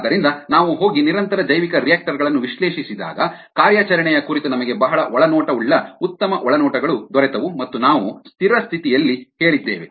ಆದ್ದರಿಂದ ನಾವು ಹೋಗಿ ನಿರಂತರ ಜೈವಿಕರಿಯಾಕ್ಟರ್ ಗಳನ್ನು ವಿಶ್ಲೇಷಿಸಿದಾಗ ಕಾರ್ಯಾಚರಣೆಯ ಕುರಿತು ನಮಗೆ ಬಹಳ ಒಳನೋಟವುಳ್ಳ ಉತ್ತಮ ಒಳನೋಟಗಳು ದೊರೆತವು ಮತ್ತು ನಾವು ಸ್ಥಿರ ಸ್ಥಿತಿಯಲ್ಲಿ ಹೇಳಿದ್ದೇವೆ